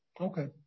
Okay